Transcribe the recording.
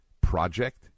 Project